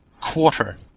quarter